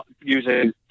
using